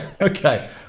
Okay